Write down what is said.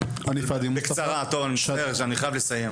בקצרה אני חייב לסיים.